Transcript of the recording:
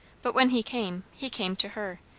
but when he came, he came to her,